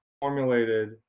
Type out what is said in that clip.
formulated